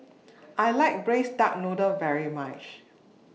I like Braised Duck Noodle very much